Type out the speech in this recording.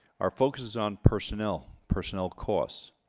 our focuses on personnel personnel costs.